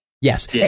Yes